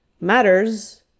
matters